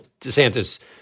DeSantis